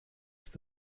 ist